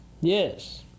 Yes